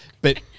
but-